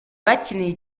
bakiniye